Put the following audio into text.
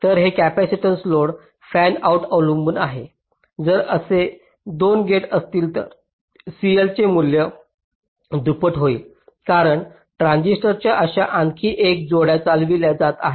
तर हे capacitive load फॅनआउटवर अवलंबून आहे जर असे 2 गेट्स असतील तर CL चे मूल्य दुप्पट होईल कारण ट्रान्झिस्टरच्या अशा आणखी एक जोड्या चालविल्या जात आहेत